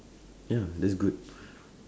ya that's good